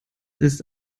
ist